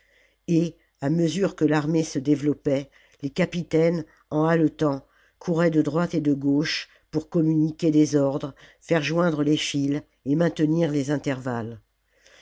et à mesure que l'armée se développait les capitaines en haletant couraient de droite et de gauche pour communiquer des ordres faire joindre les files et maintenir les intervalles